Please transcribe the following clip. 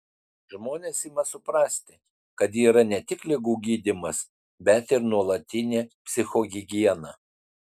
žmonės ima suprasti kad yra ne tik ligų gydymas bet ir nuolatinė psichohigiena